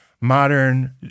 modern